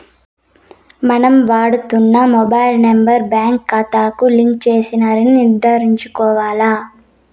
మనం వాడుతున్న mobile number బాంకీ కాతాకు లింక్ చేసినారని నిర్ధారించుకోవాల్ల